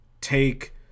take